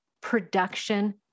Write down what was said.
production